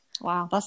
Wow